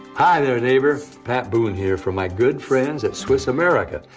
hi there neighbor, pat boone here for my good friends at swiss america,